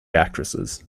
actresses